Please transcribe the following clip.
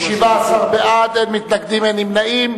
17 בעד, אין מתנגדים, אין נמנעים.